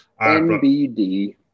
NBD